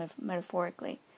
metaphorically